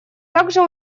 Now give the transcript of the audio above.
также